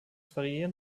variieren